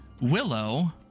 Willow